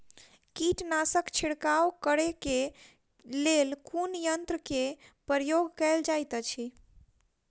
कीटनासक छिड़काव करे केँ लेल कुन यंत्र केँ प्रयोग कैल जाइत अछि?